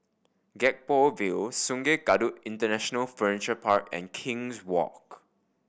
Gek Poh Ville Sungei Kadut International Furniture Park and King's Walk